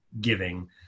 giving